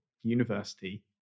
university